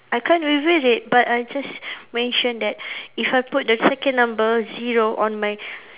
I can't reveal it but I just mention that if I put the second number zero on my